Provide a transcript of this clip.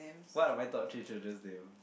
what are my top three children's names